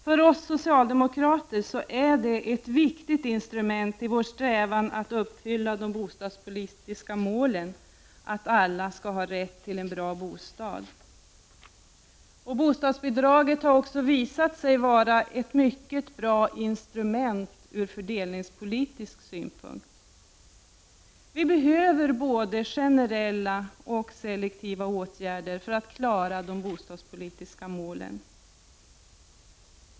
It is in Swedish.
För oss socialdemokrater är bostadsbidragen ett viktigt instrument i vår strävan att uppfylla de bostadspolitiska målen, att alla skall ha rätt till en bra bostad. Bostadsbidragen har också visat sig vara ett mycket bra fördelningspolitiskt instrument. Vi behöver både generella och selektiva åtgärder för att klara de bostadspolitiska målen.